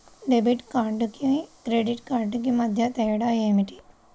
Debit కార్డుకు credit కార్డుకు మధ్య తేడా ఏమిటీ?